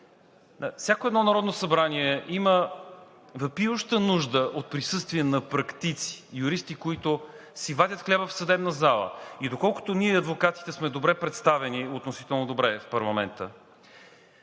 всяко едно Народно събрание има въпиюща нужда от присъствие на практици – юристи, които си вадят хляба в съдебна зала. И доколкото ние, адвокатите, сме добре представени, относително добре в парламента,